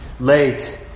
Late